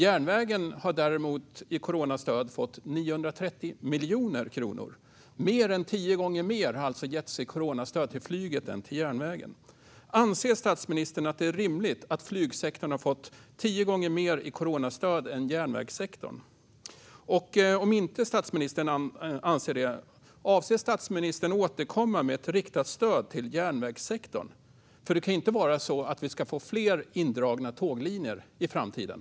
Järnvägen har däremot fått 930 miljoner kronor i coronastöd. Man har alltså gett mer än tio gånger mer i coronastöd till flyget än till järnvägen. Anser statsministern att det är rimligt att flygsektorn har fått tio gånger mer i coronastöd än järnvägssektorn? Om statsministern inte anser det, avser statsministern att återkomma med ett riktat stöd till järnvägssektorn? Det kan väl nämligen inte vara meningen att vi ska få fler tåglinjer indragna i framtiden.